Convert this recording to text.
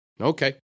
Okay